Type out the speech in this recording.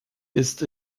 ist